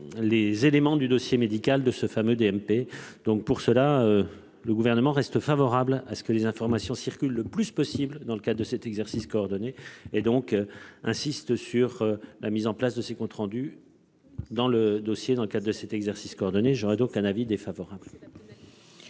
Les éléments du dossier médical de ce fameux DMP. Donc pour cela, le gouvernement reste favorable à ce que les informations circulent le plus possible dans le cas de cet exercice coordonné et donc insiste sur la mise en place de ces comptes rendus. Dans le dossier dans le cadre de cet exercice coordonné. J'aurais donc un avis défavorable.